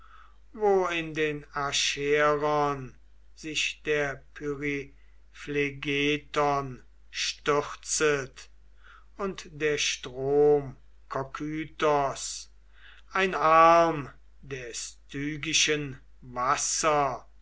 wo in den acheron sich der pyriphlegethon stürzet und der strom kokytos ein arm der stygischen wasser